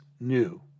new